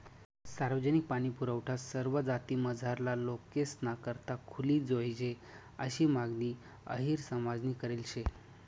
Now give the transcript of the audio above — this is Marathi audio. सार्वजनिक पाणीपुरवठा सरवा जातीमझारला लोकेसना करता खुली जोयजे आशी मागणी अहिर समाजनी करेल शे